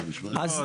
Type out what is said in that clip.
אז,